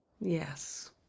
Yes